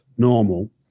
normal